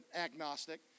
agnostic